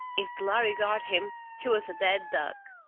if the lhari got him, he was a dead duck.